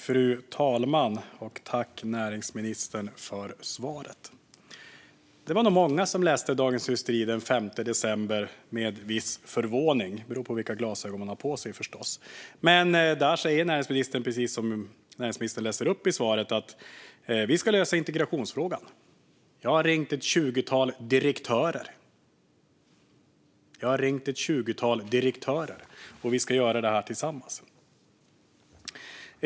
Fru talman! Jag tackar näringsministern för svaret. Det var nog många som läste Dagens industri den 5 december med viss förvåning. Det beror på vilka glasögon man har på sig, förstås. Där sa näringsministern precis vad han sa i sitt svar här, nämligen att integrationsfrågan ska lösas. Han har ringt ett tjugotal direktörer, och vi ska göra detta tillsammans.